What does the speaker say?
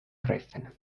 greifen